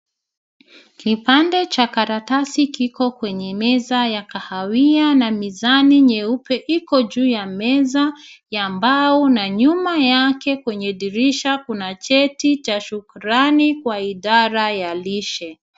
Kipande cha karatasi kiko kwenye meza ya kahawia na mizani nyeupe iko juu ya meza ya mbao na nyuma yake kwenye dirisha kuna cheti cha shukrani kwa idara ya lishe.